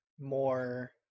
more